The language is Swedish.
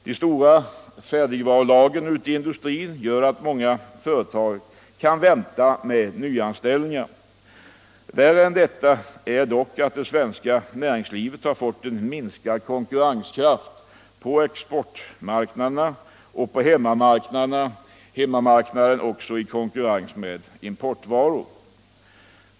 De stora färdigvarulagren ute i industrin gör att många företag kan vänta med nyanställningar. Värre än detta är dock att det svenska näringslivet fått minskad konkurrenskraft på exportmarknaderna och på hemmamarknaden i konkurrens med importvaror.